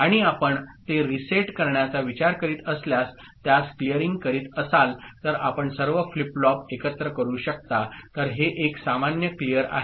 आणि आपण ते रीसेट करण्याचा विचार करीत असल्यास त्यास क्लिअरिंग करीत असाल तर आपण सर्व फ्लिप फ्लॉप एकत्र करू शकता तर हे एक सामान्य क्लिअर आहे